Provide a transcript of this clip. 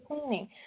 cleaning